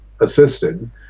assisted